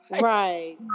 right